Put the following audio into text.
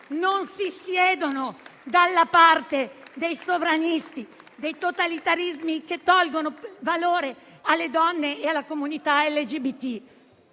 non si siedono dalla parte dei sovranisti e dei totalitarismi che tolgono valore alle donne e alla comunità LGBT.